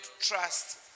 trust